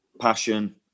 passion